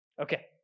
Okay